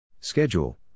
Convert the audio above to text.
Schedule